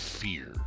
fear